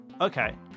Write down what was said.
Okay